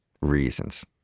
reasons